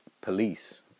police